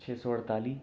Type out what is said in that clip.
छे सौ अड़ताली